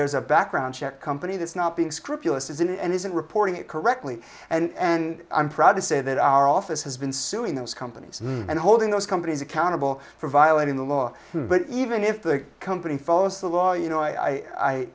there's a background check company that's not being scrupulous isn't and isn't reporting it correctly and i'm proud to say that our office has been suing those companies and holding those companies accountable for violating the law but even if the company follows the law you know i